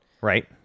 Right